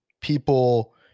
people